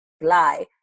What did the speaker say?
lie